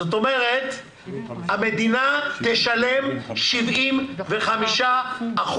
זאת אומרת שהמדינה תשלם 75%